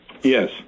Yes